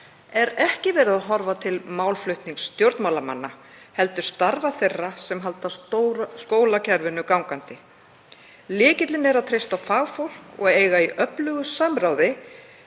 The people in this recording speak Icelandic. er ekki verið að horfa til málflutnings stjórnmálamanna heldur starfa þeirra sem halda skólakerfinu gangandi. Lykillinn er að treysta á fagfólk og eiga í öflugu samráði,